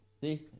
See